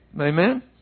Amen